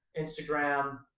Instagram